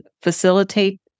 facilitate